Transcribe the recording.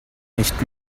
nicht